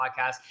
podcast